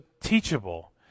teachable